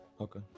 Okay